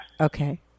okay